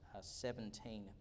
seventeen